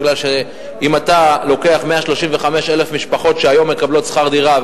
כי אם אתה לוקח 135,000 משפחות שהיום מקבלות שכר דירה,